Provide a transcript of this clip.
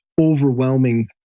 overwhelming